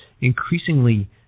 increasingly